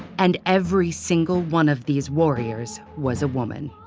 and every single one of these warriors was a woman.